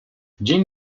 dzień